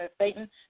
Satan